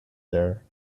there